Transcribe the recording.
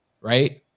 Right